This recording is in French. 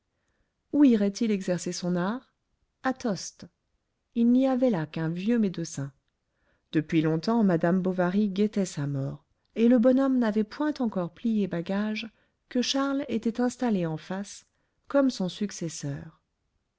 où irait-il exercer son art à tostes il n'y avait là qu'un vieux médecin depuis longtemps madame bovary guettait sa mort et le bonhomme n'avait point encore plié bagage que charles était installé en face comme son successeur